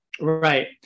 Right